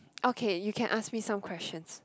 okay you can ask me some questions